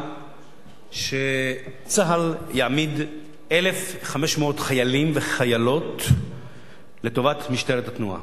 שצה"ל יעמיד 1,500 חיילים וחיילות לטובת משטרת התנועה.